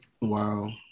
Wow